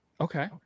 okay